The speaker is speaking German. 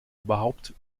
überhaupt